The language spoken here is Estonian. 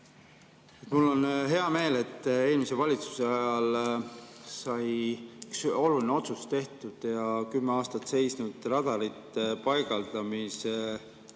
Mul on hea meel, et eelmise valitsuse ajal sai üks oluline otsus tehtud ja kümme aastat seisnud radarite paigaldamise